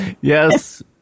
Yes